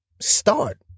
start